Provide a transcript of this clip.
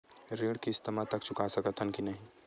ऋण किस्त मा तक चुका सकत हन कि नहीं?